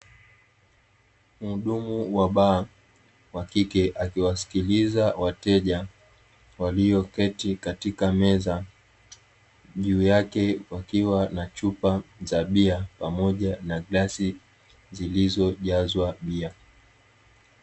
Muhudumu wa baa wa kike akiwasikiliza wateja walioketi katika meza, juu yake kukiwa na chupa za bia pamoja na glasi zilizojazwa bia.